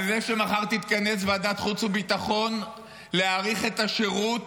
על זה שמחר תתכנס ועדת החוץ והביטחון להאריך את השירות